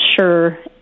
sure